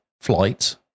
flight